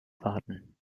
warten